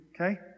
Okay